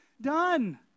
done